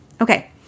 Okay